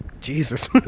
Jesus